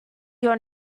your